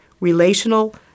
relational